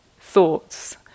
thoughts